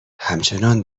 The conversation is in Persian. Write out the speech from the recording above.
همچنان